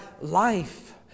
life